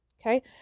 Okay